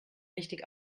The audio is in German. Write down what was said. richtig